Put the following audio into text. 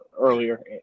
Earlier